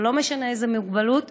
ולא משנה איזו מוגבלות,